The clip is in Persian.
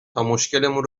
تامشکلمون